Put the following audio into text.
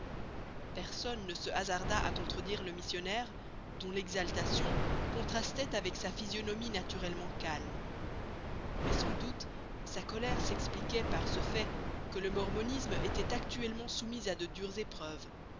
personne ne se hasarda à contredire le missionnaire dont l'exaltation contrastait avec sa physionomie naturellement calme mais sans doute sa colère s'expliquait par ce fait que le mormonisme était actuellement soumis à de dures épreuves